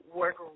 work